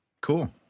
Cool